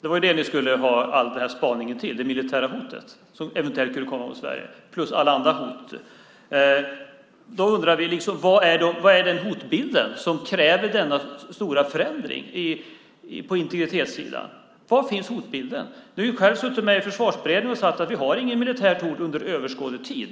Det var därför vi skulle ha all den här spaningen. Det gällde det eventuella militära hotet mot Sverige plus alla andra hot. Vi undrar då: Vad är det för en hotbild som kräver denna stora förändring på integritetssidan? Var finns hotbilden? Du, Karin Enström, har ju själv suttit med i Försvarsberedningen och sagt att det inte finns något militärt hot under överskådlig tid.